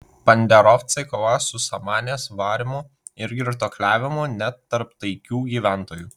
banderovcai kovojo su samanės varymu ir girtuokliavimu net tarp taikių gyventojų